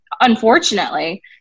unfortunately